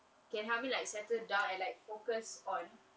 can help me like settled down and like focus on